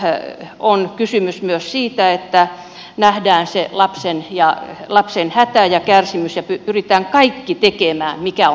tietenkin on kysymys myös siitä että nähdään se lapsen hätä ja kärsimys ja pyritään tekemään kaikki mikä on mahdollista